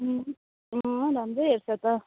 अँ राम्रै हेर्छ त